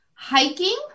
Hiking